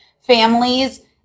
families